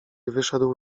wyszedł